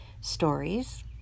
stories